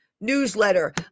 newsletter